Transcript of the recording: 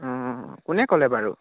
অঁ কোনে ক'লে বাৰু